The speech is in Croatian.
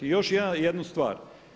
I još jednu stvar.